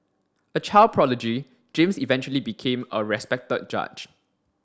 a child prodigy James eventually became a respected judge